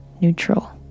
neutral